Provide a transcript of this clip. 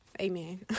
Amen